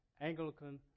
Anglican